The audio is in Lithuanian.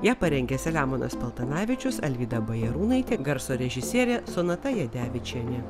ją parengė selemonas paltanavičius alvyda bajarūnaitė garso režisierė sonata jadevičienė